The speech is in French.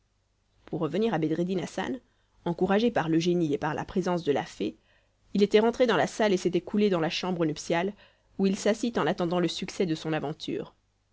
pour revenir à bedreddin hassan encouragé par le génie et par la présence de la fée il était rentré dans la salle et s'était coulé dans la chambre nuptiale où il s'assit en attendant le succès de son aventure